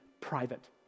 private